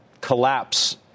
collapse